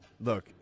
Look